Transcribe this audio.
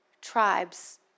tribes